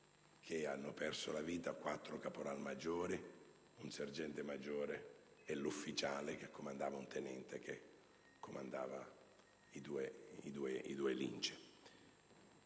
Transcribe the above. che hanno perso la vita quattro caporalmaggiori, un sergente maggiore e l'ufficiale, un tenente che comandava i due Lince.